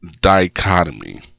dichotomy